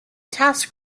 task